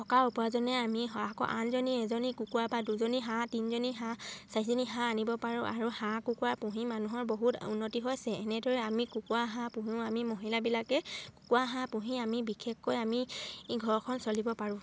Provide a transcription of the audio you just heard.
টকা উপাৰ্জনে আমি আকৌ আনজনী এজনী কুকুৰা বা দুজনী হাঁহ তিনজনী হাঁহ চাৰিজনী হাঁহ আনিব পাৰোঁ আৰু হাঁহ কুকুৰা পুহি মানুহৰ বহুত উন্নতি হৈছে এনেদৰে আমি কুকুৰা হাঁহ পুহোঁ আমি মহিলাবিলাকে কুকুৰা হাঁহ পুহি আমি বিশেষকৈ আমি ঘৰখন চলিব পাৰোঁ